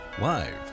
live